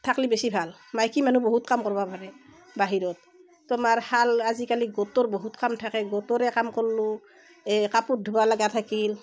থাকলি বেছি ভাল মাইকী মানুহ বহুত কাম কৰবা পাৰে বাহিৰত তোমাৰ শাল আজিকালি গোটৰ বহুত কাম থাকে গোটৰে কাম কৰিলোঁ এই কাপোৰ ধুব লগা থাকিল